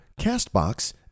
CastBox